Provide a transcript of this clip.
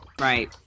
Right